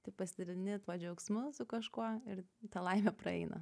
tai pasidalini džiaugsmu su kažkuo ir ta laimė praeina